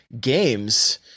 games